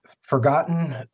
forgotten